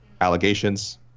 allegations